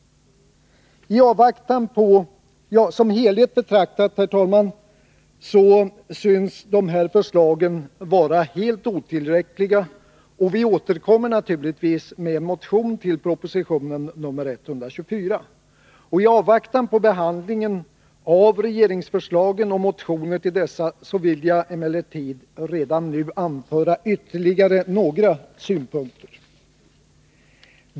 Som helhet betraktat, herr talman, synes förslagen vara helt otillräckliga, och vi återkommer naturligtvis med en motion till proposition nr 124. I avvaktan på behandlingen av regeringsförslagen och motioner till dessa vill jag emellertid redan nu framföra ytterligare några synpunkter.